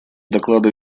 доклада